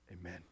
Amen